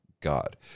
God